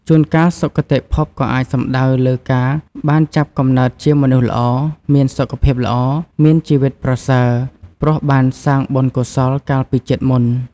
ជួនកាល សុគតិភពក៏អាចសំដៅលើការបានចាប់កំណើតជាមនុស្សល្អ មានសុខភាពល្អ មានជីវិតប្រសើរ ព្រោះបានសាងបុណ្យកុសលកាលពីជាតិមុន។